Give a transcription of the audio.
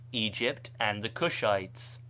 egypt, and the cushites.